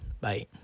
bye